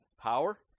power